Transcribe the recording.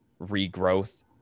regrowth